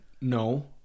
No